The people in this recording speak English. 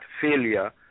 failure